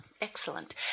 Excellent